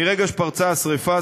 מרגע שפרצה השרפה,